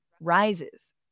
rises